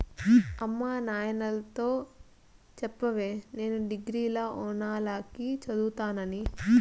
అమ్మ నాయనతో చెప్పవే నేను డిగ్రీల ఓనాల కి చదువుతానని